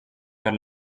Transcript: per